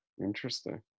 Interesting